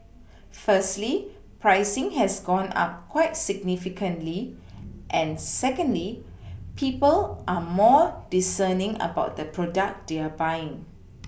firstly pricing has gone up quite significantly and secondly people are more discerning about the product they are buying